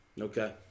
Okay